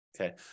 okay